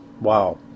Wow